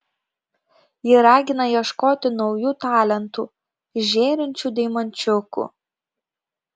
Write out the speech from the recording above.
ji ragina ieškoti naujų talentų žėrinčių deimančiukų